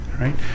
right